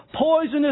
poisonous